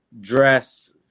dress